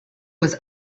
was